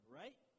right